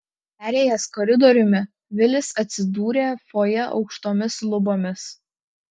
perėjęs koridoriumi vilis atsidūrė fojė aukštomis lubomis